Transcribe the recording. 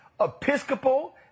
Episcopal